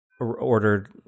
ordered